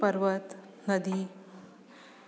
पर्वतः नदी